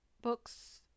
books